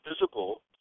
visible